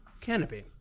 Canopy